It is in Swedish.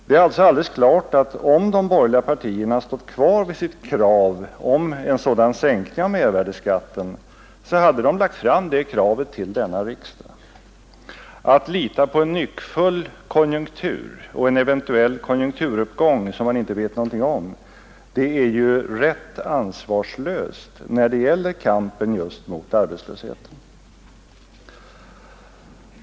Det är sålunda alldeles klart att om de borgerliga partierna står kvar vid sitt krav om en sådan sänkning av mervärdeskatten, så hade de lagt fram förslag om det till denna riksdag. Att lita till en nyckfull konjunktur och en eventuell konjunkturuppgång, som man inte vet någonting om, är ju ansvarslöst när det gäller kampen mot arbetslösheten.